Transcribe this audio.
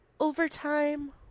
Overtime